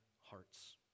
hearts